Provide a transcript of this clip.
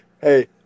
Hey